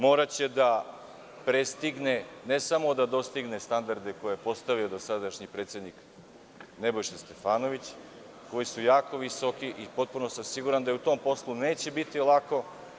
Moraće da prestigne, ne samo da dostigne standarde koje je postavio dosadašnji predsednik Nebojša Stefanović, koji su jako visoki i potpuno sam siguran da u tom poslu neće biti lako.